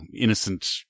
innocent